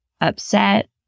upset